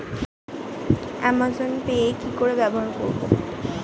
Amazon Pay কি করে ব্যবহার করব?